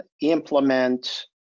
implement